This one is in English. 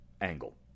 angle